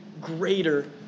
greater